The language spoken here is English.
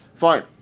Fine